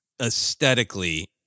aesthetically